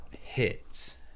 hits